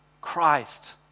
Christ